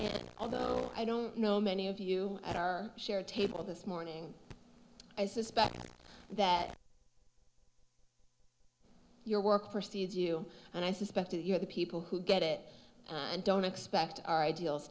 although i don't know many of you at our share table this morning i suspect that your work precedes you and i suspect you're the people who get it and don't expect our ideals